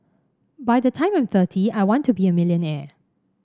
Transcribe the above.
by the time I'm thirty I want to be a millionaire